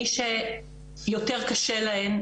מי שיותר קשה להן,